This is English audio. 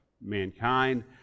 mankind